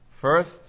First